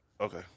Okay